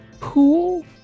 Pool